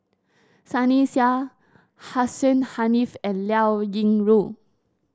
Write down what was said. Sunny Sia Hussein Haniff and Liao Yingru